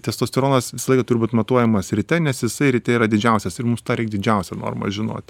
testosteronas visą laiką turi būt matuojamas ryte nes jisai ryte yra didžiausias ir mums didžiausia norma žinoti